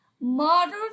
Modern